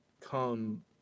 come